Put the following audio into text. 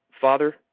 Father